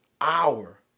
hour